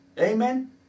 Amen